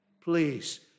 Please